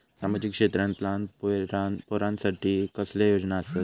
सामाजिक क्षेत्रांत लहान पोरानसाठी कसले योजना आसत?